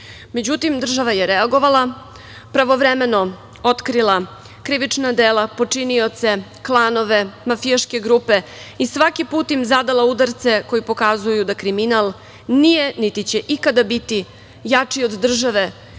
Međutim, država je reagovala, pravovremeno otkrilakrivična dela, počinioce, klanove, mafijaške grupe i svaki put im zadala udarce koji pokazuju da kriminal nije, niti će ikada biti jači od države,